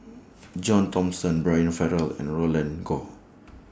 John Thomson Brian Farrell and Roland Goh